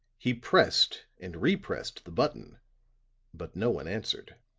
he pressed and re-pressed the button but no one answered.